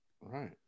right